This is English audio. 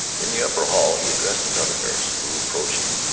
in the upper hall he addressed another nurse who approached him,